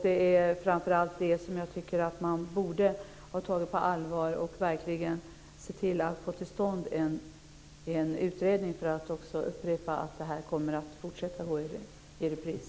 Det är framför allt det som jag tycker att man borde ha tagit på allvar och sett till att få till stånd en utredning. Detta kommer att fortsätta att gå i repris.